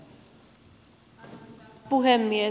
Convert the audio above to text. arvoisa puhemies